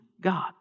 God